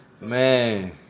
Man